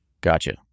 Gotcha